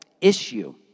issue